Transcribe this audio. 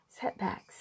setbacks